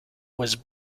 was